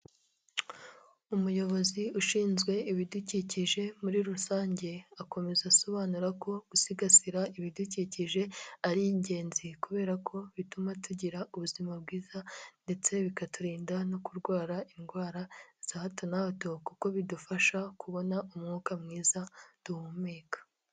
Umuyobozi ushinzwe ibidukikije muri rusange, akomeza asobanura ko gusigasira ibidukikije ari ingenzi kubera ko bituma tugira ubuzima bwiza ndetse bikaturinda no kurwara indwara za hato na hato kuko bidufasha kubona umwuka mwiza duhumeka.